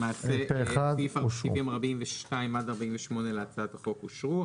הצבעה אושרו למעשה סעיפים 42 עד 48 להצעת החוק אושרו.